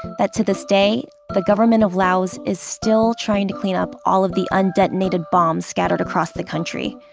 that to this day, the government of laos is still trying to clean up all of the un-detonated bombs scattered across the country.